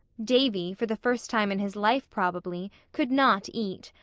davy, for the first time in his life probably, could not eat,